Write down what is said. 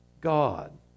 God